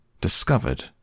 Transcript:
Discovered